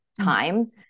time